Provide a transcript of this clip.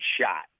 shot